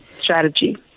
strategy